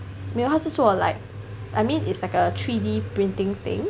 他是做 like I mean it's like a three D printing thing